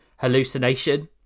hallucination